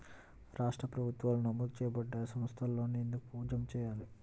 రాష్ట్ర ప్రభుత్వాలు నమోదు చేయబడ్డ సంస్థలలోనే ఎందుకు జమ చెయ్యాలి?